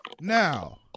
Now